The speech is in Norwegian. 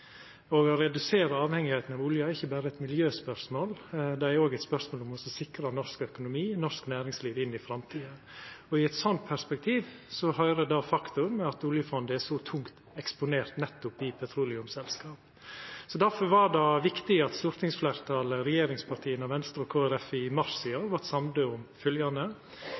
Å verta mindre avhengig av olja er ikkje berre eit miljøspørsmål, det er òg eit spørsmål om å sikra norsk økonomi, norsk næringliv, inn i framtida. Til eit sånt perspektiv høyrer det faktum at oljefondet er så tungt eksponert i nettopp petroleumsselskap. Difor var det viktig at stortingsfleirtalet – regjeringspartia, Venstre og Kristeleg Folkeparti – i mars i år vart samde om følgjande: